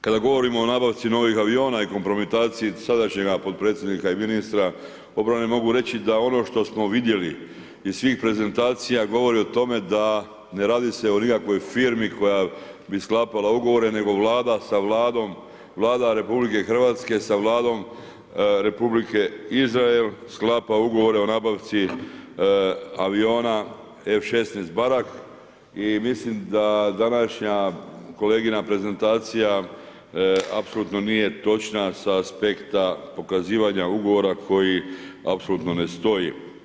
Kada govorimo o nabavci novih aviona i kompromitaciji sadašnjega potpredsjednika i ministra obrane, mogu reći da ono što smo vidjeli iz svih prezentacija govori o tome, da ne radi se o nikakvoj firmi koja bi sklapala ugovore nego Vlada RH sa Vladom Republike Izrael sklapa ugovore o nabavci aviona F16 barak i mislim da današnja kolegina prezentacija apsolutno nije točna sa aspekta pokazivanja ugovora koji apsolutno ne stoji.